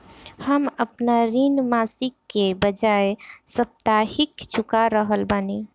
हम आपन ऋण मासिक के बजाय साप्ताहिक चुका रहल बानी